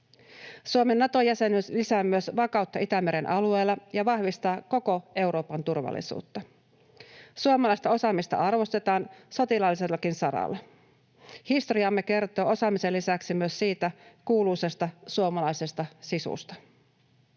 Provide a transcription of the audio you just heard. Suomen Nato-jäsenyys lisää myös vakautta Itämeren alueella ja vahvistaa koko Euroopan turvallisuutta. Suomalaista osaamista arvostetaan sotilaallisellakin saralla. Historiamme kertoo osaamisen lisäksi myös siitä kuuluisasta suomalaisesta sisusta.